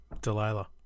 Delilah